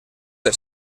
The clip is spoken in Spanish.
del